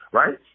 right